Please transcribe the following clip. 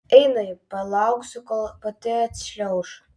eina ji palauksiu kol pati atšliauš